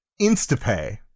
Instapay